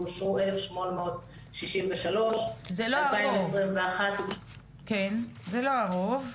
ואושרו 1963. זה לא הרוב.